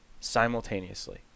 simultaneously